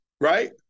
right